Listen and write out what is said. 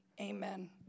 amen